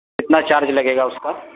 کتنا چارج لگے گا اس کا